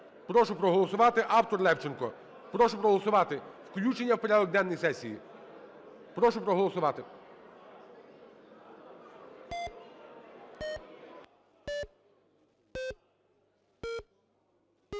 Прошу проголосувати. Автор – Левченко. Прошу проголосувати включення в порядок денний сесії. Прошу проголосувати.